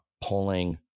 pulling